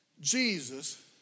Jesus